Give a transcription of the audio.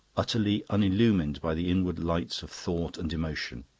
utterly unillumined by the inward lights of thought and emotion.